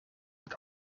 het